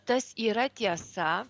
tas yra tiesa